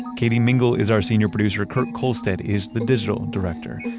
katie mingle is our senior producer. kurt kohlstedt is the digital director.